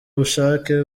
bushake